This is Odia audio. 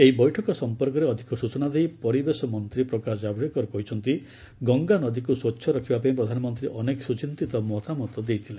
ଏହି ବୈଠକ ସମ୍ପର୍କରେ ଅଧିକ ସୂଚନା ଦେଇ ପରିବେଶ ମନ୍ତ୍ରୀ ପ୍ରକାଶ ଜାଭଡେକର କହିଛନ୍ତି ଗଙ୍ଗା ନଦୀକୁ ସ୍ୱଚ୍ଛ ରଖିବା ପାଇଁ ପ୍ରଧାନମନ୍ତ୍ରୀ ଅନେକ ସୁଚିନ୍ତିତ ମତାମତ ଦେଇଥିଲେ